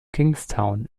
kingstown